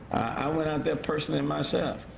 i went out there personally and myself.